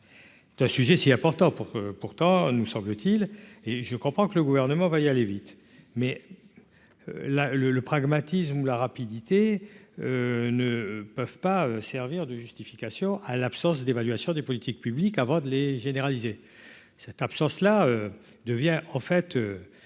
c'est un sujet si important pour pourtant nous semble-t-il, et je comprends que le gouvernement va y aller vite, mais là le le pragmatisme ou la rapidité ne peuvent pas servir de justification à l'absence d'évaluation des politiques publiques, avant de les généraliser cette absence-là devient en fait